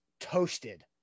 toasted